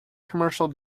commercial